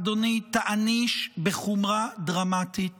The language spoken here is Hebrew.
אדוני תעניש בחומרה דרמטית